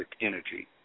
energy